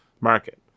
market